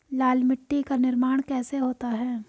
लाल मिट्टी का निर्माण कैसे होता है?